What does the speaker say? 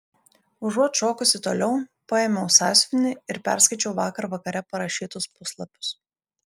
užuot šokusi toliau paėmiau sąsiuvinį ir perskaičiau vakar vakare parašytus puslapius